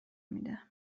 میده